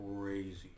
crazy